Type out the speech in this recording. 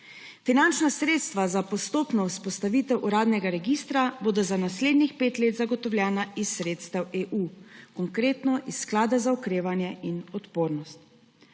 Finančna sredstva za postopno vzpostavitev uradnega registra bodo za naslednjih pet let zagotovljena iz sredstev EU, konkretno iz Sklada za okrevanje in odpornost.